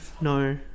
no